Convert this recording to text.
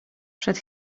przed